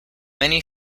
many